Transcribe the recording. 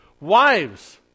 Wives